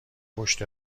پشت